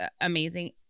amazing